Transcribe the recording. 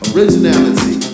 Originality